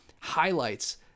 highlights